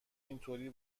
اینطوری